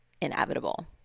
inevitable